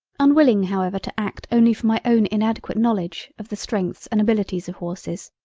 unwilling however to act only from my own inadequate knowledge of the strength and abilities of horses,